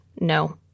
no